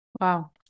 Wow